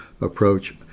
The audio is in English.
approach